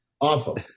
awful